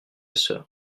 sœur